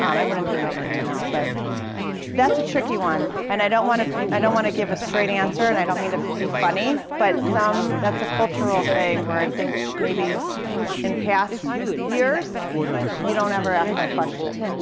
um i wouldn't do it over email, but that's a tricky one. and i don't want to i don't want to give a straight answer, and i don't mean to be funny. but that's a cultural thing where i think maybe in past years you don't ever ask the question,